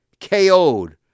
KO'd